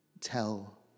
tell